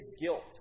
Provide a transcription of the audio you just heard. guilt